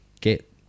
get